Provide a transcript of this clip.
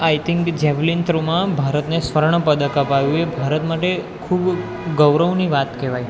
આઈ think javelin થ્રોમાં ભારત ને સ્વર્ણ પદક અપાવ્યું એ ભારત માટે ખૂબ ગૌરવની વાત કહેવાય